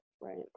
Right